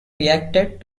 reacted